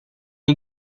you